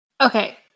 Okay